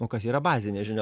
o kas yra bazinės žinios